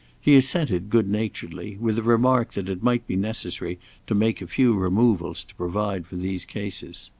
he assented good-naturedly, with a remark that it might be necessary to make a few removals to provide for these cases.